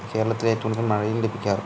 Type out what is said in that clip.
കേരളത്തില് ഏറ്റവും കൂടുതല് മഴയും ലഭിയ്ക്കാറുള്ളത്